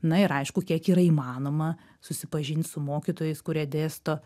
na ir aišku kiek yra įmanoma susipažint su mokytojais kurie dėsto